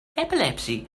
epilepsy